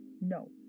No